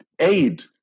aid